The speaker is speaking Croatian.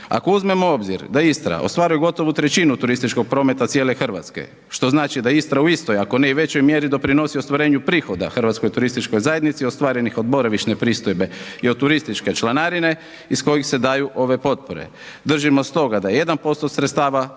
Ako uzmemo u obzir da Istra ostvaruje gotovo 1/3 turističkog prometa cijele Hrvatske što znači Istra u istoj ako ne i većoj mjeri doprinosi ostvarenju prihoda HTZ-u ostvarenih od boravišne pristojbe i od turističke članarine iz kojih se daju ove potpore. Držimo stoga da 1% sredstava